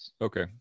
okay